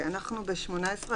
אנחנו בסעיף 18,